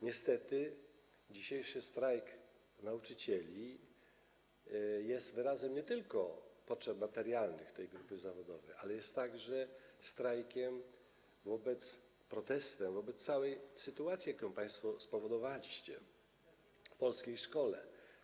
Niestety dzisiejszy strajk nauczycieli jest wyrazem nie tylko potrzeb materialnych tej grupy zawodowej, ale jest także strajkiem, protestem wobec całej sytuacji, jaką państwo spowodowaliście w polskiej szkole.